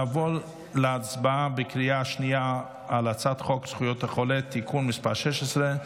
נעבור להצבעה בקריאה שנייה על הצעת חוק זכויות החולה (תיקון מס' 16),